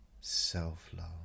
Self-love